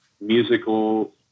musical